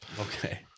Okay